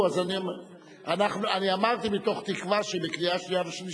נגד, אין נמנעים, יש נוכחים ולא משתתפים, שניים.